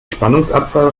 spannungsabfall